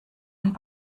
und